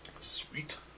Sweet